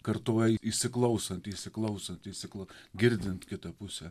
kartoja įsiklausant įsiklausant įsikla girdint kitą pusę